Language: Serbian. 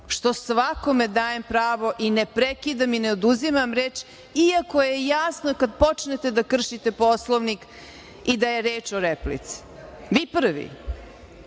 što svakome dajem pravo i ne prekidam i ne oduzimam reč iako je jasno kad počnete da kršite Poslovnik i da je reč o replici, vi prvi,